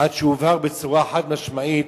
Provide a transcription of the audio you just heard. עד שהובהר בצורה חד-משמעית